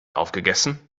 aufgegessen